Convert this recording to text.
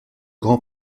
grand